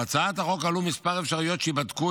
בהצעת החוק עלו כמה אפשרויות שייבדקו